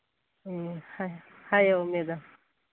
ꯎꯝ ꯍꯥꯏꯌꯨ ꯃꯦꯗꯥꯝ